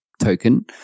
token